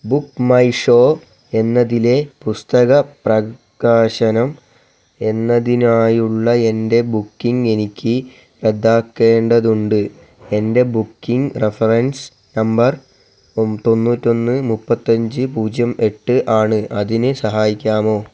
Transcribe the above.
book my show എന്നതിലേ പുസ്തക പ്രകാശനം എന്നതിനായുള്ള എൻ്റെ ബുക്കിങ് എനിക്ക് റദ്ദാക്കേണ്ടതുണ്ട് എൻ്റെ ബുക്കിങ് റഫറൻസ് നമ്പർ തൊണ്ണൂറ്റൊന്ന് മുപ്പത്തഞ്ച് പൂജ്യം എട്ട് ആണ് അതിന് സഹായിക്കാമോ